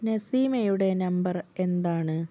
നസീമയുടെ number എന്താണ്